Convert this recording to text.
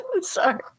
sorry